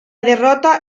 derrota